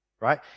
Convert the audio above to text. right